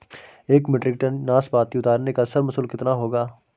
एक metric ton नाशपाती उतारने का श्रम शुल्क कितना होगा?